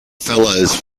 fellows